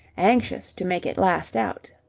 anxious to make it last out.